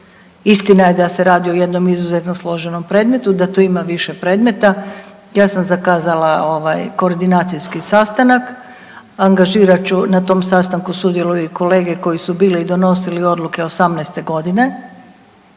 Istina je da se radi o jednom izuzetno složenom predmetu, da tu ima više predmeta, ja sam zakazala ovaj, koordinacijski sastanak, angažirat ću, na tom sastanku sudjeluju i kolege koji su bili i donosili odluke '18. g.